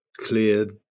clear